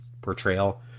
portrayal